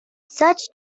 such